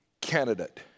candidate